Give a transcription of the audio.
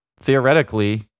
theoretically